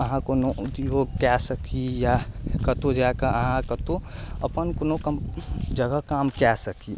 अहाँ कोनो उद्योग कऽ सकी या कतहु जाकऽ अहाँ कतहु अपन कोनो कम्प जगह काम कऽ सकी